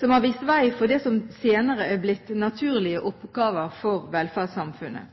som har vist vei for det som senere er blitt naturlige oppgaver for velferdssamfunnet.